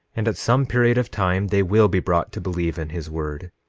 and at some period of time they will be brought to believe in his word,